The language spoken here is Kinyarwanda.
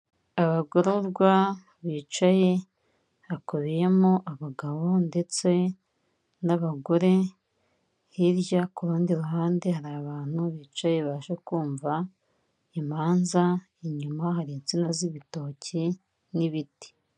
Abagororwa bicaye hakubiyemo abagabo ndetse n'abagore, hirya ku rundi ruhande hari abantu bicaye baje kumva imanza, inyuma hari insina z'ibitoki n'ibiti.